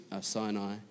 Sinai